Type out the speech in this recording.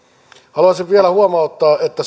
haluaisin vielä huomauttaa että